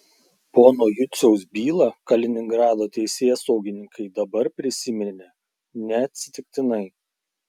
pono juciaus bylą kaliningrado teisėsaugininkai dabar prisiminė neatsitiktinai